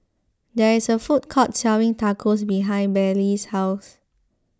there is a food court selling Tacos behind Bailey's house